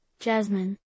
Jasmine